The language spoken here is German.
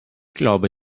glaube